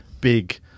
big